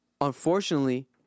unfortunately